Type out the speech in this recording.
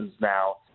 now